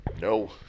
No